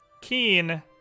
Keen